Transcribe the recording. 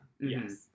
Yes